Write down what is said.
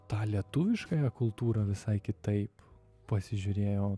tą lietuviškąją kultūrą visai kitaip pasižiūrėjau